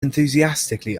enthusiastically